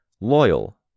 Loyal